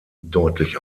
deutlich